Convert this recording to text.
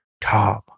Tom